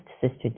Sister